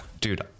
dude